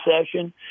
session